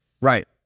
Right